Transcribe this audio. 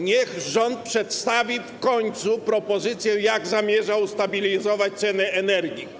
Niech rząd przedstawi w końcu propozycję, jak zamierza ustabilizować cenę energii.